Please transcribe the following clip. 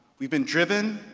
we've been driven,